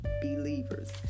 believers